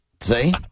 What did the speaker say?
See